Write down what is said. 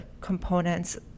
components